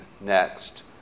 next